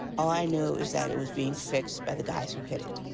i knew was that it was being fixed by the guys who hit it.